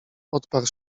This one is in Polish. odparł